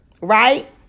right